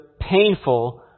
painful